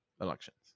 elections